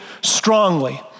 strongly